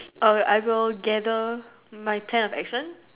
err I will gather my pen of accent